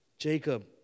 Jacob